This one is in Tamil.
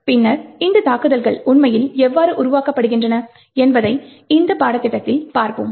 பின்னர் இந்த தாக்குதல்கள் உண்மையில் எவ்வாறு உருவாக்கப்படுகின்றன என்பதை இந்த பாடத்திட்டத்தில் பார்ப்போம்